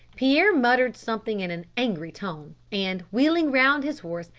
pierre muttered something in an angry tone, and, wheeling round his horse,